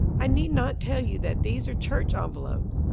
i need not tell you that these are church envelopes.